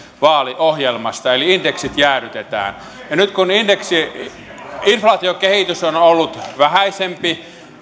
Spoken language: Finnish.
vaaliohjelmasta eli indeksit jäädytetään nyt kun inflaatiokehitys on on ollut vähäisempi